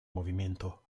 movimento